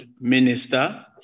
Minister